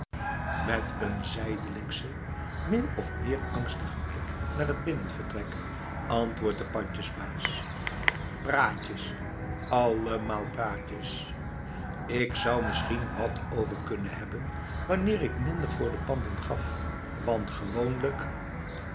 met een zijdelingschen min of meer angstigen blik naar het binnenvertrek antwoordt de pandjesbaas praatjes allemaal praatjes k zou misschien wat over kunnen hebben wanneer ik minder voor de panden gaf want gewoonlijk